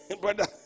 Brother